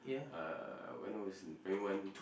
uh when I was in primary one